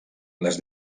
les